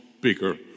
bigger